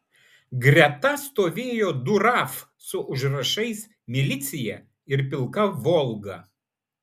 greta stovėjo du raf su užrašais milicija ir pilka volga